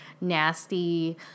nasty